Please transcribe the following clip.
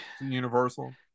Universal